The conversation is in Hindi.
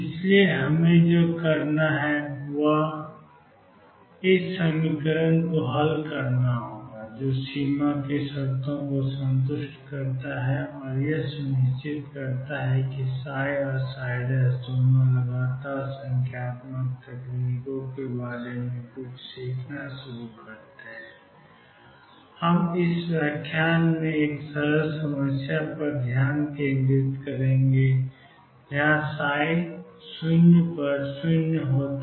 इसलिए हमें जो करना है वह इस समीकरण को हल करना है जो सीमा की शर्तों को संतुष्ट करता है और यह सुनिश्चित करता है कि और दोनों लगातार संख्यात्मक तकनीकों के बारे में सीखना शुरू कर रहे हैं हम इस व्याख्यान में एक सरल समस्या पर ध्यान केंद्रित करेंगे जहां 00 और L0 होगा